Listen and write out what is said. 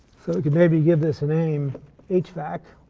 so we could maybe give this a name h vac.